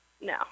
no